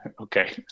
Okay